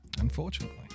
unfortunately